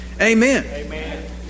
Amen